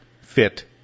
fit